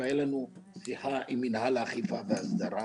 והייתה לנו שיחה עם מינהל האכיפה וההסדרה